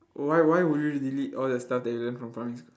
why why would you delete all your stuff that you learn from primary sch~